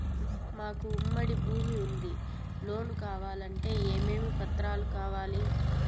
మాకు ఉమ్మడి భూమి ఉంది లోను కావాలంటే ఏమేమి పత్రాలు కావాలి?